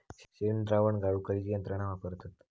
शेणद्रावण गाळूक खयची यंत्रणा वापरतत?